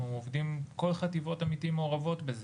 אנחנו עובדים, כל חטיבות עמיתים מעורבות בזה.